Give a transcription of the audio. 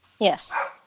yes